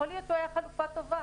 יכול להיות שהוא היה חלופה טובה.